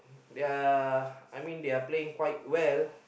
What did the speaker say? they are I mean they are playing quite well